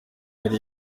yari